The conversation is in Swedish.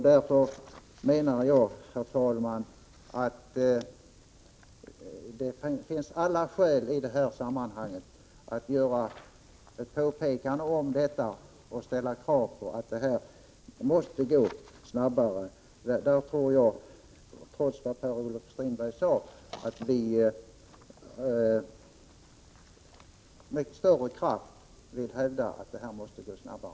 Därför menar jag, herr talman, att det finns alla skäl i detta sammanhang att göra ett påpekande om saken och ställa krav på att arbetet måste gå snabbare trots vad Per-Olof Strindberg sade.